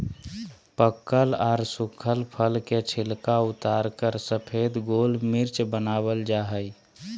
पकल आर सुखल फल के छिलका उतारकर सफेद गोल मिर्च वनावल जा हई